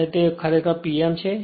અને તે ખરેખર Pm છે